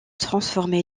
transformé